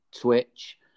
Twitch